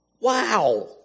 Wow